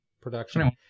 production